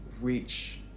reach